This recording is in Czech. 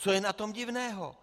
Co je na tom divného?